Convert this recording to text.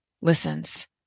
listens